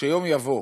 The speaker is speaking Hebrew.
שיום יבוא